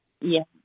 Yes